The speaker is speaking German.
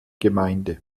gemeinde